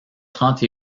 trente